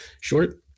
short